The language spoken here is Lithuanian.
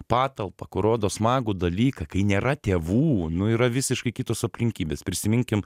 patalpą kur rodo smagų dalyką kai nėra tėvų nu yra visiškai kitos aplinkybės prisiminkim